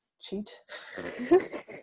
cheat